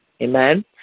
Amen